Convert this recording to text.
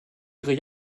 ihre